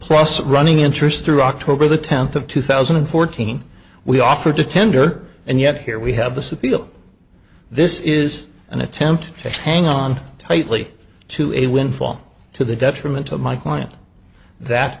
plus running interest through october the tenth of two thousand and fourteen we offer to tender and yet here we have the subpoena this is an attempt to hang on tightly to a windfall to the detriment of my client that